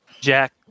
Jack